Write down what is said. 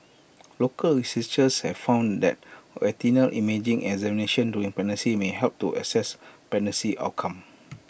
local researchers have found that retinal imaging examinations during pregnancy may help to assess pregnancy outcome